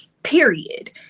period